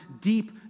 deep